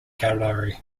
gallery